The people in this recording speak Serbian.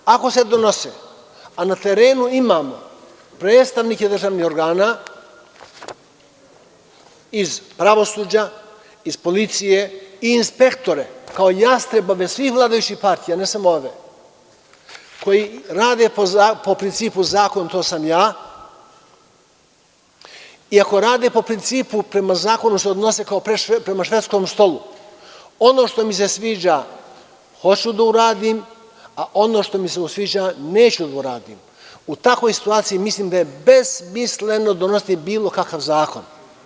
Ako na terenu imamo predstavnike državnih organa iz pravosuđa, iz policije, i inspektore kao jastrebove svih vladajućih partija, ne samo ove, koji rade po principu – zakon to sam ja i ako rade po principu da se prema zakonu odnose kao prema švedskom stolu, ono što mi se sviđa hoću da uradim, a ono što mi se ne sviđa, neću da uradim, u takvoj situaciji mislim da je besmisleno donositi bilo kakav zakon.